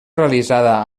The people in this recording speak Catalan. realitzada